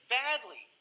badly